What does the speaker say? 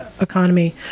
Economy